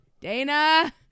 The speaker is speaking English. Dana